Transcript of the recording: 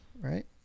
Right